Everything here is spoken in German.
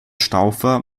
staufer